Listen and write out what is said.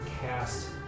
cast